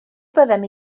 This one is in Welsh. byddem